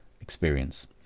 experience